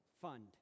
fund